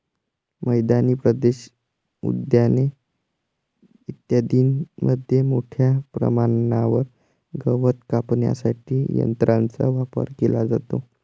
मैदानी प्रदेश, उद्याने इत्यादींमध्ये मोठ्या प्रमाणावर गवत कापण्यासाठी यंत्रांचा वापर केला जातो